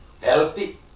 healthy